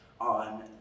on